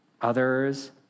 Others